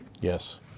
Yes